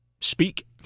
speak